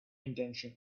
intention